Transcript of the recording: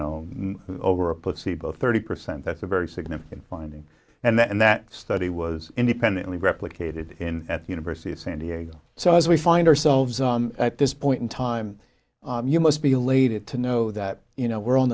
know over a placebo thirty percent that's a very significant finding and that and that study was independently replicated in at the university of san diego so as we find ourselves at this point in time you must be elated to know that you know we're on